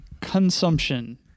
consumption